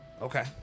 Okay